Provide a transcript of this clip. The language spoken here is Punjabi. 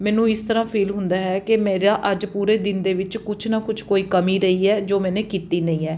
ਮੈਨੂੰ ਇਸ ਤਰ੍ਹਾਂ ਫੀਲ ਹੁੰਦਾ ਹੈ ਕਿ ਮੇਰਾ ਅੱਜ ਪੂਰੇ ਦਿਨ ਦੇ ਵਿੱਚ ਕੁਛ ਨਾ ਕੁਛ ਕੋਈ ਕਮੀ ਰਹੀ ਹੈ ਜੋ ਮੈਨੇ ਕੀਤੀ ਨਹੀਂ ਹੈ